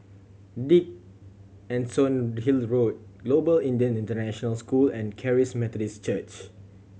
Dickenson Hill Road Global Indian International School and Charis Methodist Church